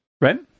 Right